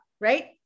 right